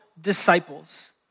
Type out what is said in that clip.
disciples